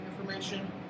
information